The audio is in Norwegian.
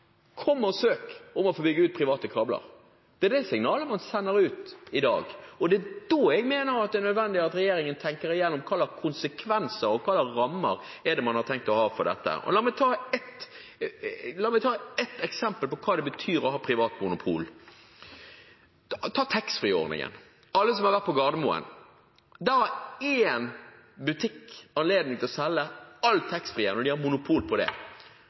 om å få bygge ut private kabler. Det er det signalet man sender ut i dag. Det er da jeg mener at det er nødvendig at regjeringen tenker gjennom konsekvenser og hvilke rammer man har tenkt å ha for dette. La meg ta ett eksempel på hva det betyr å ha monopol: Når det gjelder taxfree-ordningen, vet alle som har vært på Gardermoen, at det er én butikk som har anledning til å selge alle taxfree-varene og har monopol på det.